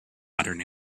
modern